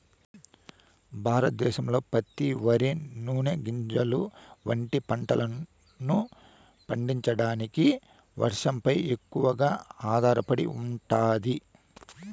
భారతదేశంలో పత్తి, వరి, నూనె గింజలు వంటి పంటలను పండించడానికి వర్షాలపై ఎక్కువగా ఆధారపడి ఉంటాది